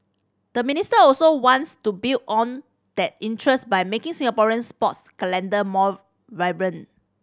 the minister also wants to build on that interest by making Singaporeans sports calendar more vibrant